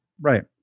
Right